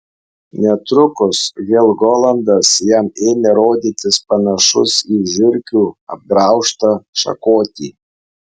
netrukus helgolandas jam ėmė rodytis panašus į žiurkių apgraužtą šakotį